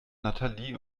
natalie